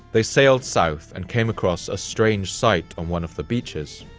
they sailed south and came across a strange sight on one of the beaches.